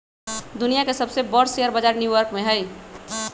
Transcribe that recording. दुनिया के सबसे बर शेयर बजार न्यू यॉर्क में हई